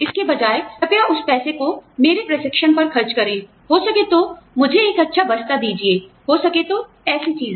इसके बजाय कृपया उस पैसे को मेरे प्रशिक्षण पर खर्च करें हो सके तो मुझे एक अच्छा बस्ता दीजिए हो सके तो ऐसी चीजें